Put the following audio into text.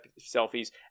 selfies